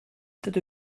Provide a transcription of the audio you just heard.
dydw